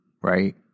right